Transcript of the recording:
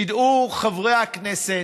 דעו חברי הכנסת,